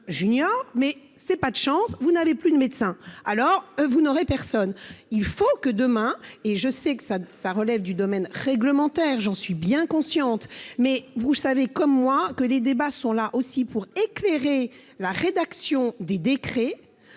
mais c'est pas de chance, vous n'avez plus de médecin, alors vous n'aurez personne, il faut que demain et je sais que ça, ça relève du domaine réglementaire, j'en suis bien consciente mais vous savez comme moi que les débats sont là aussi pour éclairer la rédaction des décrets